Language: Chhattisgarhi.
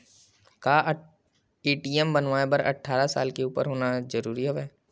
का ए.टी.एम बनवाय बर अट्ठारह साल के उपर होना जरूरी हवय?